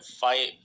fight